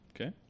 okay